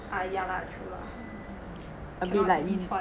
ah ya lah true lah cannot 遗传